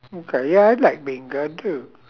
okay ya I'd like beancurd too